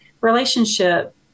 relationship